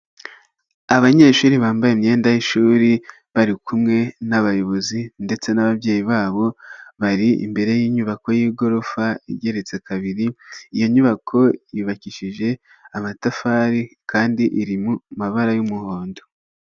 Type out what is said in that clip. Abanyeshuri bambaye imyenda y'ishuri bari kumwe n'abayobozi ndetse n'ababyeyi babo, bari imbere y'inyubako y'igorofa igeretse kabiri, iyo nyubako yubakishije amatafari kandi iri mu mabara y'umuhondo.